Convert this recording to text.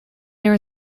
there